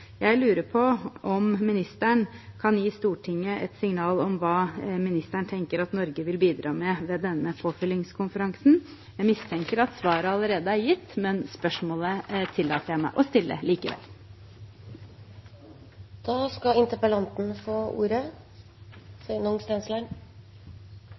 Jeg lurer på om ministeren kan gi Stortinget et signal om hva han tenker at Norge vil bidra med ved denne påfyllingskonferansen. Jeg mistenker at svaret allerede er gitt, men tillater meg å stille